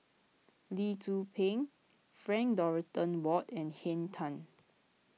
Lee Tzu Pheng Frank Dorrington Ward and Henn Tan